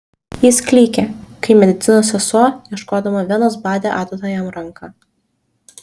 jis klykė kai medicinos sesuo ieškodama venos badė adata jam ranką